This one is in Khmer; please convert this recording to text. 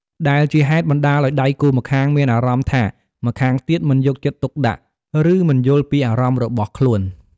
ដែលជាហេតុបណ្តាលឲ្យដៃគូម្ខាងអាចមានអារម្មណ៍ថា ម្ខាងទៀតមិនយកចិត្តទុកដាក់ ឬមិនយល់ពីអារម្មណ៍របស់ខ្លួន។